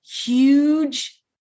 huge